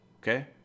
okay